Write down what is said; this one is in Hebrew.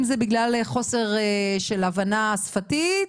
אם זה בגלל חוסר של הבנה שפתית,